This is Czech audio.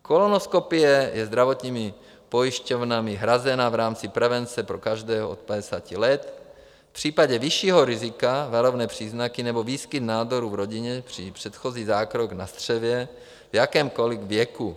Kolonoskopie je zdravotními pojišťovnami hrazena v rámci prevence pro každého od padesáti let, v případě vyššího rizika varovné příznaky nebo výskyt nádorů v rodině či předchozí zákrok na střevě v jakémkoliv věku.